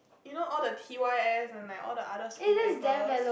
you know all the t_y_s and like all the other school papers